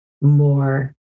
more